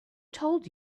told